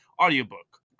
audiobook